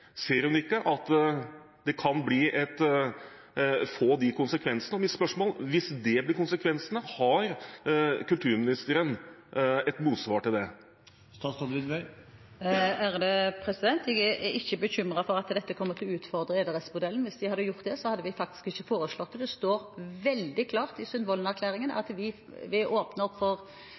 Ser ikke kulturministeren at det kan få de konsekvensene? Mitt spørsmål er: Hvis dette blir konsekvensene, har kulturministeren et motsvar til det? Jeg er ikke bekymret for at dette kommer til å utfordre enerettsmodellen. Hvis det hadde gjort det, hadde vi faktisk ikke foreslått det. Det står veldig klart i Sundvolden-erklæringen at det at vi åpner opp for